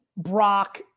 Brock